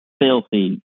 filthy